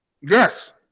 Yes